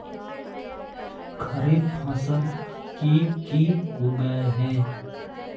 खरीफ फसल की की उगैहे?